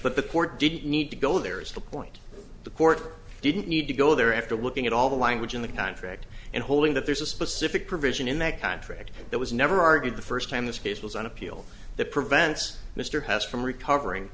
but the court didn't need to go there is the point the court didn't need to go there after looking at all the language in the contract and holding that there's a specific provision in that contract that was never argued the first time this case was on appeal the prevents mr house from recovering